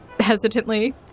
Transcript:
Hesitantly